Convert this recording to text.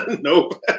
Nope